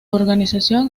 organización